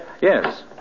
Yes